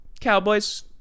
Cowboys